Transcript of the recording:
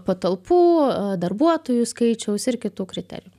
patalpų darbuotojų skaičiaus ir kitų kriterijų